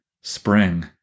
spring